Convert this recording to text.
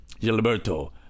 Gilberto